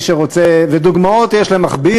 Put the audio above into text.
דוגמאות יש למכביר.